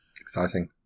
Exciting